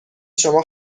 شما